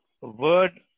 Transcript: word